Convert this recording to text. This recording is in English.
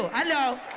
hello!